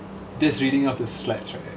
just reading off slides right